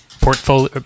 portfolio